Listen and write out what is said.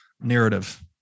narrative